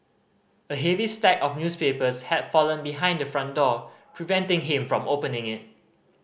a heavy stack of newspapers had fallen behind the front door preventing him from opening it